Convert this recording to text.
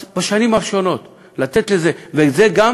אז בשנים הראשונות, לתת לזה, וזה גם